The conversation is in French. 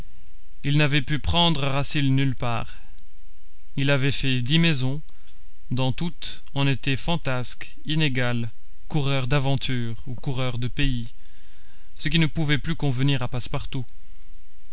il n'avait pu prendre racine nulle part il avait fait dix maisons dans toutes on était fantasque inégal coureur d'aventures ou coureur de pays ce qui ne pouvait plus convenir à passepartout